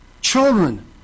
Children